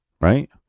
right